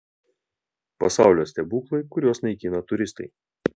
pasaulio stebuklai kuriuos naikina turistai